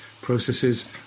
processes